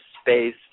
space